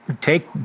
take